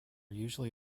usually